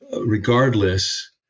regardless